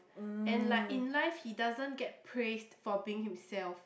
and like in life he doesn't get praised for being himself